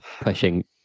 pushing